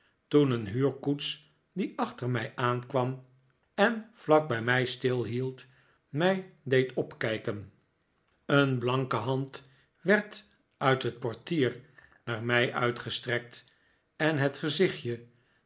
toen een huurkoets die arhter mij aankwam en vlak bij mij stilhield mij deed opkijken een blanke hand werd uit het portier naar mij uitgestrekt en het gezichtje